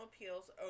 appeals